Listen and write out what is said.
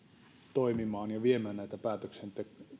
toimimaan ja viemään näitä päätöksiä